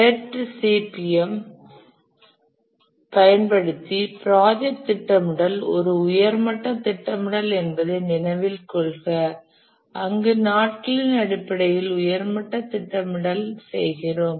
PERT மற்றும் CPM ஐ பயன்படுத்தி ப்ராஜெக்ட் திட்டமிடல் ஒரு உயர் மட்ட திட்டமிடல் என்பதை நினைவில் கொள்க அங்கு நாட்களின் அடிப்படையில் உயர் மட்ட திட்டமிடல் செய்கிறோம்